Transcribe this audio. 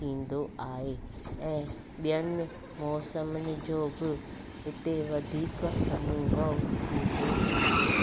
थींदो आहे ऐं ॿियनि मौसमनि जो बि हिते वधीक अनुभव थींदो आहे